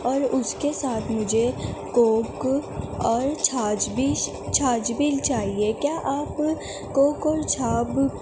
اور اس کے ساتھ مجھے کوک اور چھاچ بھی چھاچ بھی چاہیے کیا آپ کوک اور چھاچ